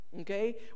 okay